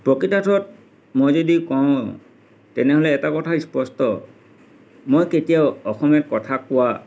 প্ৰকৃতাৰ্থত মই যদি কওঁ তেনেহ'লে এটা কথা স্পষ্ট মই কেতিয়াও অসমীয়াত কথা কোৱা